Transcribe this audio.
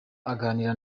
aganira